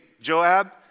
Joab